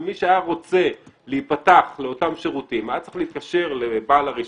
ומי שהיה רוצה להיפתח לאותם שירותים היה צריך להתקשר לבעל הרישיון,